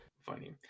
funny